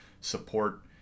support